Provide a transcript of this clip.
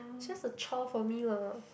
it's just a chore for me lah